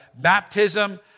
baptism